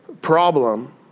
problem